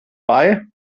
bei